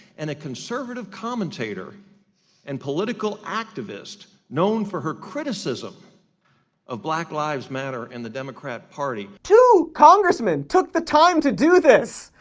and a conservative commentator and political activist, known for her criticism of black lives matter and the democrat party. cody two congressmen took the time to do this!